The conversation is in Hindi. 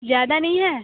ज़्यादा नहीं है